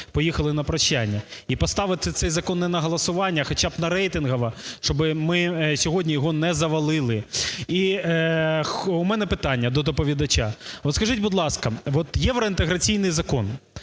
поїхали на прощання. І поставити цей закон не на голосування, а хоча б на рейтингове, щоб ми сьогодні його не завалили. І у мене питання до доповідача. Скажіть, будь ласка, от, євроінтеграційний закон.